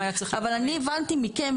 אבל אני הבנתי מכם,